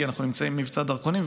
כי אנחנו נמצאים במבצע דרכונים,